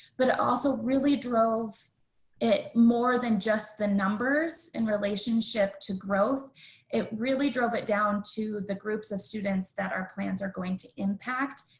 but also really drove it more than just the numbers in relationship to growth it really drove it down to the groups of students that our plans are going to impact.